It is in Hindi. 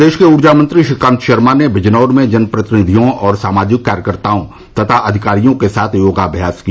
प्रदेश के ऊर्जा मंत्री श्रीकान्त शर्मा ने बिजनौर में जनप्रतिनिधियों और सामाजिक कार्यकर्ताओं तथा अधिकारियों के साथ योगाभ्यास किया